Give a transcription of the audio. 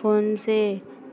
phone से